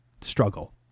struggle